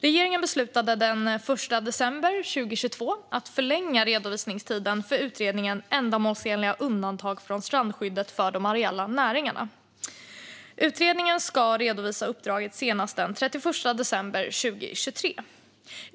Regeringen beslutade den 1 december 2022 att förlänga redovisningstiden för utredningen Ändamålsenliga undantag från strandskyddet för de areella näringarna. Utredningen ska redovisa uppdraget senast den 31 december 2023.